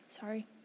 sorry